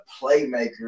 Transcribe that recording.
playmaker